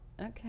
Okay